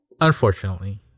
unfortunately